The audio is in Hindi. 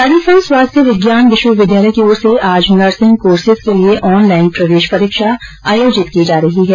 राजस्थान स्वास्थ्य विज्ञान विश्वविद्यालय की ओर से आज नर्सिग कोर्सेज के लिए ऑनलाईन प्रवेश परीक्षा आयोजित की जा रही है